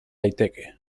daiteke